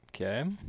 Okay